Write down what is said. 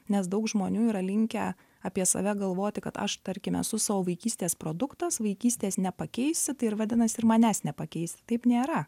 nes daug žmonių yra linkę apie save galvoti kad aš tarkime esu savo vaikystės produktas vaikystės nepakeisi tai ir vadinas ir manęs nepakeisi taip nėra